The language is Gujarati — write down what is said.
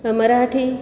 મરાઠી